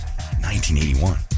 1981